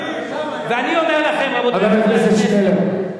ואני אומר לכם, רבותי, חבר הכנסת שנלר.